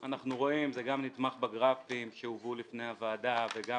אנחנו רואים זה גם נתמך בגרפים שהובאו בפני הוועדה וגם